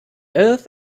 earth